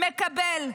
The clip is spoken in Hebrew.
מקבל,